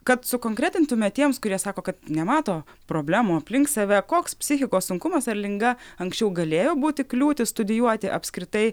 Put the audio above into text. kad sukonkretintume tiems kurie sako kad nemato problemų aplink save koks psichikos sunkumas ar liga anksčiau galėjo būti kliūtis studijuoti apskritai